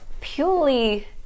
purely